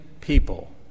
people